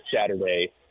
Saturday